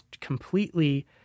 completely